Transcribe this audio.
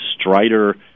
Strider